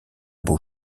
beau